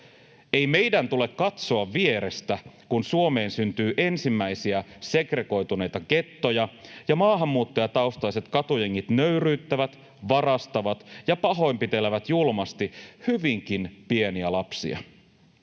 Ei meidän tule katsoa vierestä, kun Suomeen syntyy ensimmäisiä segregoituneita gettoja ja maahanmuuttajataustaiset katujengit nöyryyttävät, varastavat ja pahoinpitelevät julmasti hyvinkin pieniä lapsia.